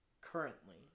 currently